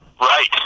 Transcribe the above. Right